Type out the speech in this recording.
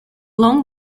long